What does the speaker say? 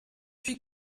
puis